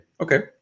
Okay